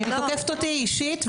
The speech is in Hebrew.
היא תוקפת אותי אישית.